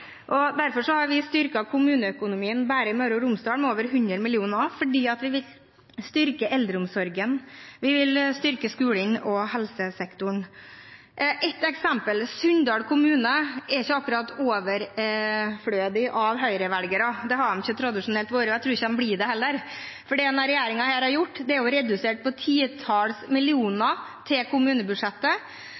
diskuterer. Derfor har vi styrket kommuneøkonomien bare i Møre og Romsdal med over 100 mill. kr fordi vi vil styrke eldreomsorgen, skolen og helsesektoren. Ett eksempel: Sunndal kommune har ikke akkurat overflod av høyrevelgere. Det har de tradisjonelt sett ikke hatt, og jeg tror heller ikke de får det. For det denne regjeringen har gjort, er å redusere kommunebudsjettet med titalls millioner.